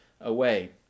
away